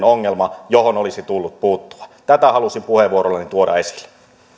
ongelma johon olisi tullut puuttua tätä halusin puheenvuorollani tuoda esille